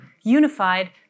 unified